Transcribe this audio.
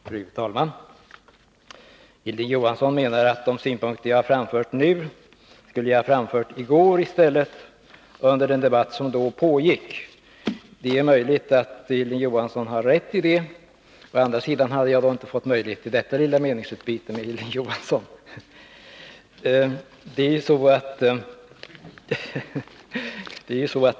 Fru talman! Hilding Johansson menar att de synpunkter som jag nu har framfört skulle jag i stället ha framfört i går under den debatt som då pågick. Det är möjligt att Hilding Johansson har rätt. Men å andra sidan hade jag då inte fått möjlighet till detta lilla meningsutbyte med Hilding Johansson.